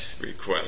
request